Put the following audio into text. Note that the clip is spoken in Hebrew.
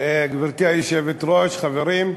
גברתי היושבת-ראש, חברים,